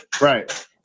Right